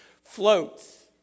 floats